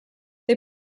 they